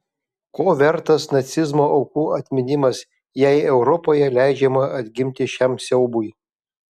ko vertas nacizmo aukų atminimas jei europoje leidžiama atgimti šiam siaubui